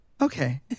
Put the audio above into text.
Okay